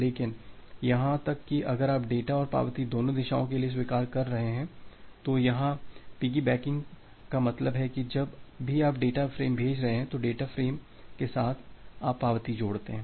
लेकिन यहां तक कि अगर आप डेटा और पावती दोनों दिशाओं के लिए स्वीकार कर रहे हैं तो यहां पिग्गीबैकिंग का मतलब है कि जब भी आप डेटा फ़्रेम भेज रहे हैं तो डेटा फ़्रेम के साथ आप पावती भी जोड़ते हैं